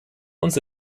uns